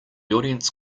audience